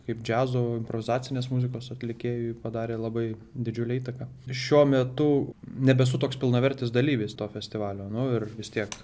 kaip džiazo improvizacinės muzikos atlikėjui padarė labai didžiulę įtaką šiuo metu nebesu toks pilnavertis dalyvis to festivalio nu ir vis tiek